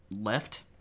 left